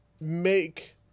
make